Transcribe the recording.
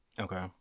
Okay